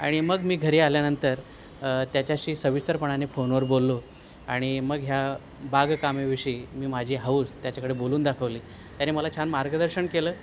आणि मग मी घरी आल्यानंतर त्याच्याशी सविस्तरपणाने फोनवर बोललो आणि मग ह्या बागकामेविषयी मी माझी हौस त्याच्याकडे बोलून दाखवली त्याने मला छान मार्गदर्शन केलं